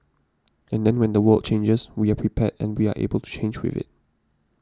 and then when the world changes we are prepared and we are able to change with it